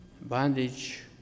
bondage